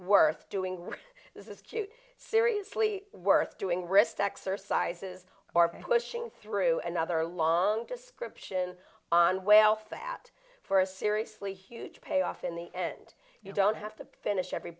worth doing when this is cute seriously worth doing wrist exercises or pushing through another long description on way off that for a seriously huge payoff in the end you don't have to finish every